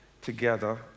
together